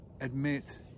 admit